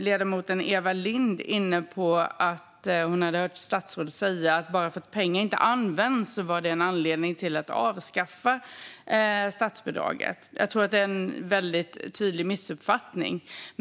Ledamoten Eva Lindh var inne på att hon hört statsråd säga att det faktum att pengar inte används är en anledning att avskaffa statsbidraget. Detta är en väldigt tydlig missuppfattning.